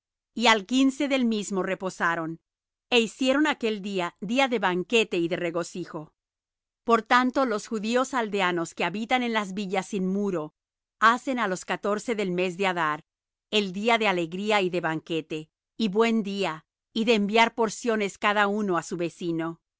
y al quince del mismo reposaron é hicieron aquel día día de banquete y de regocijo por tanto los judíos aldeanos que habitan en las villas sin muro hacen á los catorce del mes de adar el día de alegría y de banquete y buen día y de enviar porciones cada uno á su vecino